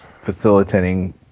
facilitating